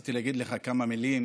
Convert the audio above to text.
רציתי להגיד לך כמה מילים